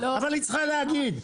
אבל היא צריכה להגיד,